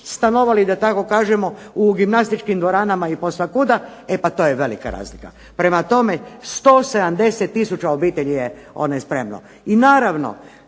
stanovali da tako kažemo u gimnastičkim dvoranama i posvakuda e pa to je velika razlika. Prema tome, 170000 obitelji je spremno. I naravno,